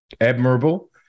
admirable